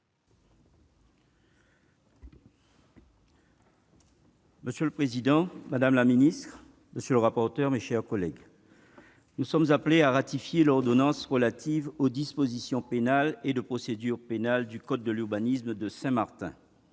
Monsieur le président, madame la ministre, mes chers collègues, nous sommes appelés à ratifier l'ordonnance relative aux dispositions pénales et de procédure pénale du code de l'urbanisme de Saint-Martin.